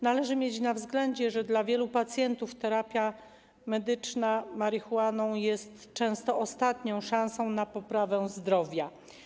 Należy mieć na względzie, że dla wielu pacjentów terapia medyczną marihuaną jest często ostatnią szansą na poprawę zdrowia.